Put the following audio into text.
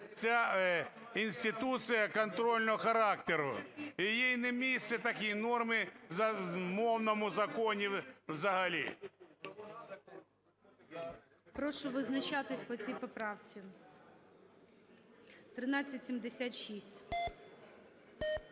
ця інституція контрольного характеру, і їй не місце, такій нормі, в мовному законі взагалі. ГОЛОВУЮЧИЙ. Прошу визначатись по цій поправці 1376.